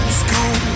school